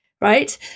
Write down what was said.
right